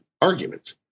arguments